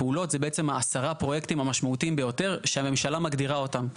ופעולות זה בעצם 10 הפרויקטים המשמעותיים ביותר שהממשלה מגדירה אותם.